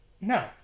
No